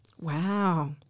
Wow